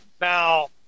Now